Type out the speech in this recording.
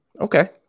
Okay